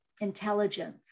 intelligence